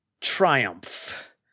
triumph